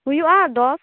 ᱦᱩᱭᱩᱜᱼᱟ ᱫᱚᱥ